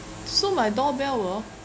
so my door bell orh